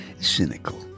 cynical